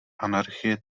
anarchie